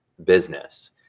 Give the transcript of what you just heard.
business